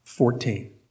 Fourteen